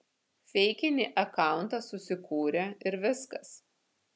feikinį akauntą susikūrė ir viskas